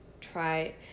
try